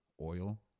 Oil